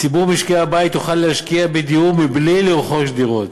ציבור משקי-הבית יוכל להשקיע בדיור מבלי לרכוש דירות.